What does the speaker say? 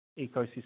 ecosystem